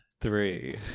Three